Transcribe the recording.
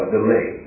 delay